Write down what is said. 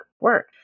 work